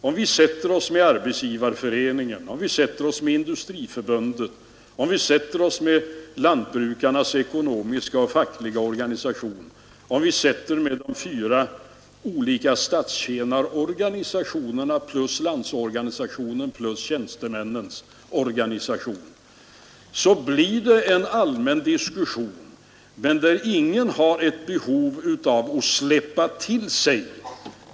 Om vi slår oss ned vid bordet med representanter för Arbetsgivareföreningen, Industriförbundet, lantbrukarnas ekonomiska och fackliga organisationer, de fyra statstjänarorganisationerna, Landsorganisationen och tjänstemännens organisationer, så får vi en allmän diskussion där ingen har något behov av att släppa till sig.